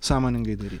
sąmoningai daryt